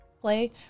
play